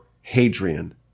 Hadrian